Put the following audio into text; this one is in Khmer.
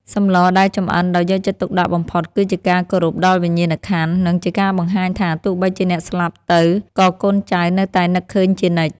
សម្លដែលចម្អិនដោយយកចិត្តទុកដាក់បំផុតគឺជាការគោរពដល់វិញ្ញាណក្ខន្ធ និង ជាការបង្ហាញថាទោះបីជាអ្នកស្លាប់ទៅក៏កូនចៅនៅតែនឹកឃើញជានិច្ច។